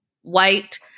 white